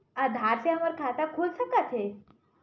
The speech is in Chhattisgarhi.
आधार से हमर खाता खुल सकत हे?